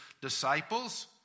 disciples